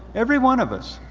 every one of us.